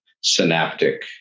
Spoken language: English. synaptic